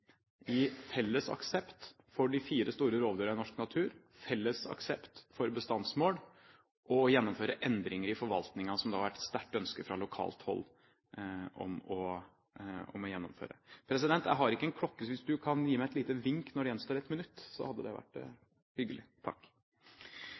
i felles aksept for de fire store rovdyrene i norsk natur, i felles aksept for bestandsmål og i å gjennomføre endringer i forvaltningen, som det har vært et sterkt ønske, fra lokalt hold, om å gjennomføre. Jeg skal ikke